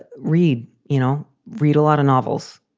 read, you know, read a lot of novels.